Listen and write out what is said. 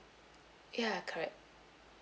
ya correct